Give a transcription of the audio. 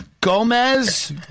Gomez